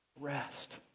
Rest